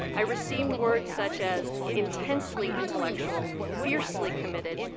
i received words such as intensely intellectual, fiercely committed,